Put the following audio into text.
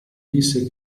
disse